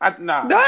Nah